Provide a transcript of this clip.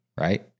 right